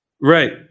right